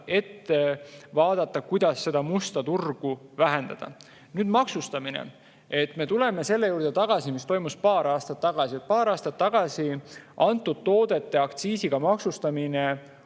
et vaadata, kuidas seda musta turgu vähendada. Nüüd maksustamine. Tuleme tagasi selle juurde, mis toimus paar aastat tagasi. Paar aastat tagasi oli nende toodete aktsiisiga maksustamine